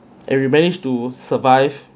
and we managed to survive